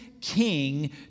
king